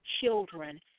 children